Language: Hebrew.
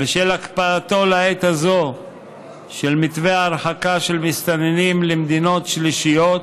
בשל הקפאתו לעת הזו של מתווה ההרחקה של מסתננים למדינות שלישיות,